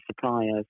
suppliers